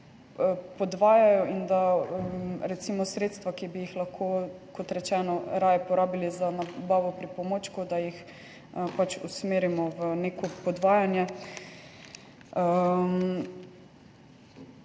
in da sredstva, ki bi jih lahko raje porabili za nabavo pripomočkov, da jih pač usmerimo v neko podvajanje.